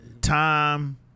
time